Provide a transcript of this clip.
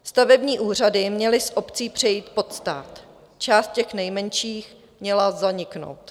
Stavební úřady měly z obcí přejít pod stát, část těch nejmenších měla zaniknout.